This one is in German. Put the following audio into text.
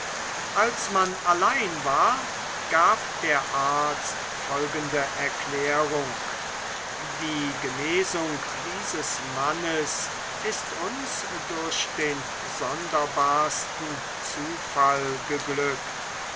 als man allein war gab der arzt folgende erklärung die genesung dieses mannes ist uns durch den sonderbarsten zufall geglückt